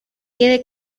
quede